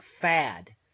fad